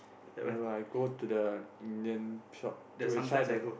never mind I go to the Indian shop to we try the